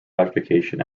ratification